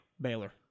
Baylor